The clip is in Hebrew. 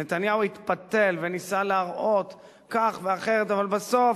נתניהו התפתל וניסה להראות כך ואחרת, אבל בסוף,